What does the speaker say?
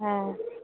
হ্যাঁ